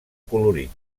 colorit